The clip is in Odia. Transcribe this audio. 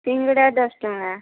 ସିଙ୍ଗଡ଼ା ଦଶ ଟଙ୍କା